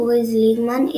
אורי זליגמן,